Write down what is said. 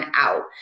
out